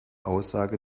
aussage